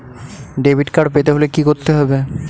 Debit card পেতে হলে কি করতে হবে?